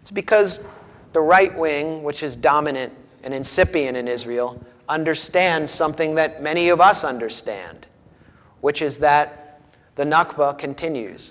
it's because the right wing which is dominant and incipient in israel understand something that many of us understand which is that the nakba continues